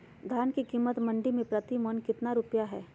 धान के कीमत मंडी में प्रति मन कितना रुपया हाय?